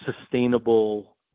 sustainable